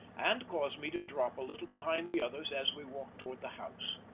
and caused me to drop a little behind the others as we walked towards the house.